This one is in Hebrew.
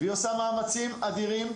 והיא עושה מאמצים אדירים,